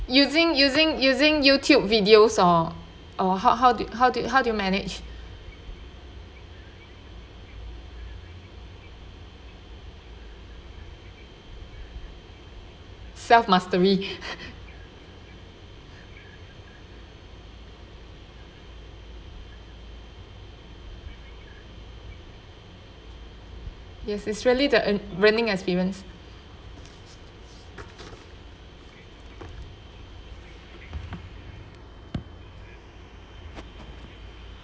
using using using YouTube videos or or how how did how did how did you manage self-mastery yes it's really the learning experience